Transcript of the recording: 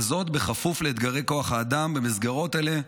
וזאת בכפוף לאתגרי כוח האדם במסגרות אלה,